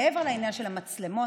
מעבר לעניין של המצלמות,